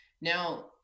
Now